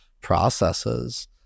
processes